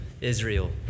Israel